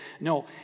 No